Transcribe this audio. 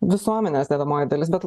visuomenės dedamoji dalis bet